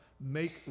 make